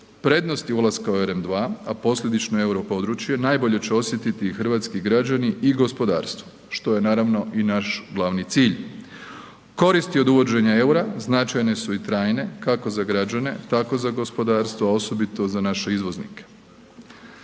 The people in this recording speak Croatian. Prednosti ulaska u EREM2, a posljedično i europodručje, najbolje će osjetiti hrvatski građani i gospodarstvo, što je naravno i naš glavni cilj. Koristi od uvođenja EUR-a značajne su i trajne kako za građane tako za gospodarstvo, a osobito za naše izvoznike.